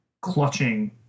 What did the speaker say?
clutching